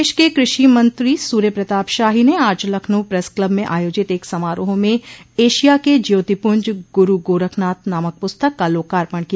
प्रदेश के कृषि मंत्री सूर्य प्रताप शाही ने आज लखनऊ प्रेस क्लब में आयोजित एक समारोह में एशिया के ज्योतिपुंज गुरू गोरखनाथ नामक पुस्तक का लोकार्पण किया